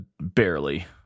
barely